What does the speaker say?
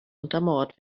untermauert